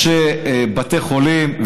בתי חולים.